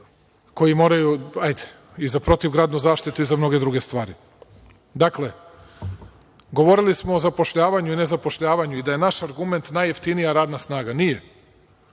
Imamo sezonske za protivgradnu zaštitu i za mnoge druge stvari. Dakle, govorili smo o zapošljavanju i nezapošljavanju i da je naš argument najjeftinija radna snaga. Nije,